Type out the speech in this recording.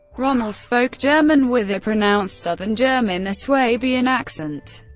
rommel spoke german with a pronounced southern german or swabian accent.